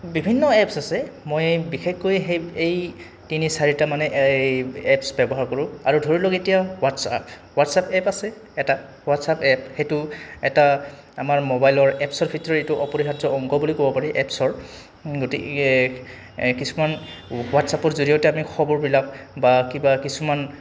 বিভিন্ন এপছ আছে মই বিশেষকৈ সেই এই তিনি চাৰিটা মানে এই এপছ ব্যৱহাৰ কৰোঁ আৰু ধৰি লওক এতিয়া হোৱাটছএপ হোৱাটছএপ এপ আছে এটা হোৱাটছএপ এপ সেইটো এটা আমাৰ মোবাইলৰ এপছৰ ভিতৰত এইটো অপৰিহাৰ্য অংগ বুলি ক'ব পাৰি এপছৰ গতিকে কিছুমান হোৱাটছএপৰ জৰিয়তে আমি খবৰবিলাক বা কিবা কিছুমান